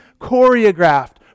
choreographed